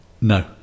No